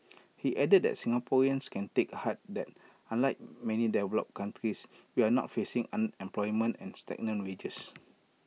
he added that Singaporeans can take heart that unlike many developed countries we are not facing unemployment and stagnant wages